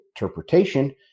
interpretation